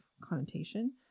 connotation